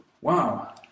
Wow